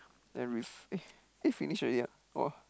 then ris~ eh eh finish already ah !wah!